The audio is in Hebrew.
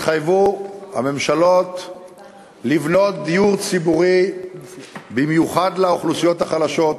ממשלות שהתחייבו לבנות דיור ציבורי במיוחד לאוכלוסיות החלשות.